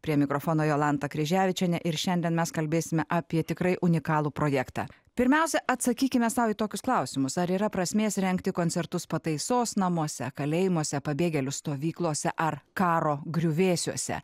prie mikrofono jolanta kryževičienė ir šiandien mes kalbėsime apie tikrai unikalų projektą pirmiausia atsakykime sau į tokius klausimus ar yra prasmės rengti koncertus pataisos namuose kalėjimuose pabėgėlių stovyklose ar karo griuvėsiuose